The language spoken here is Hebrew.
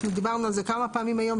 אנחנו דיברנו על זה כמה פעמים היום.